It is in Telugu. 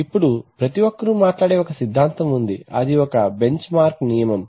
ఇప్పుడు ప్రతిఒక్కరూ మాట్లాడే ఒక సిద్ధాంతం ఉంది అది ఒక బెంచ్ మార్క్ నియమం